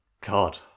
God